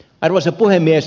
arvoisa puhemies